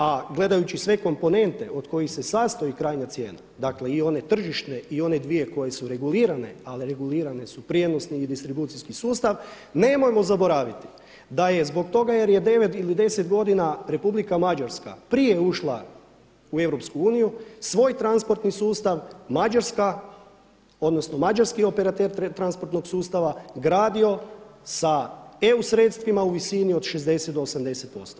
A gledajući sve komponente od kojih se sastoji krajnja cijena dakle i one tržišne i one dvije koje su regulirane, a regulirane su prijenosni i distribucijski sustav, nemojmo zaboraviti da je zbog toga jer je 9 ili 10 godina Republika Mađarska prije ušla u EU svoj transportni sustav Mađarska odnosno mađarski operater transportnog sustava gradio sa EU sredstvima u visini od 60 do 80%